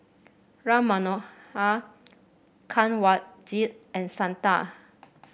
Ram Manohar Kanwaljit and Santha